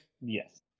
Yes